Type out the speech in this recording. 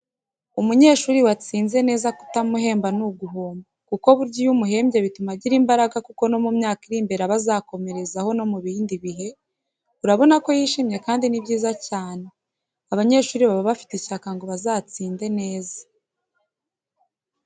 Umunyeshuri watsinze neza kutamuhemba ni uguhomba kuko burya iyo umuhembye bituma agira imbaraga kuko no mu myaka iri imbere aba azakomerezaho no mu bindi bihe, urabona ko yishimye kandi ni byiza cyane, abanyeshuri baba bafite ishyaka ngo bazatsinde neza.